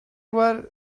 were